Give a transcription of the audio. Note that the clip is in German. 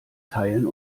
teilen